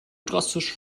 drastisch